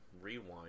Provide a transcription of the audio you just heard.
rewind